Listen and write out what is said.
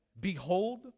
Behold